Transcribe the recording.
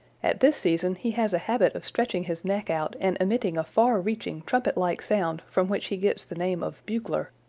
at this season he has a habit of stretching his neck out and emitting a far-reaching trumpet-like sound from which he gets the name of bugler.